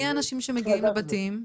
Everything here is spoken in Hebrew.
מי האנשים שמגיעים לבתים?